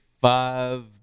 five